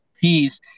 peace